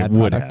and would have.